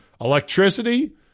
electricity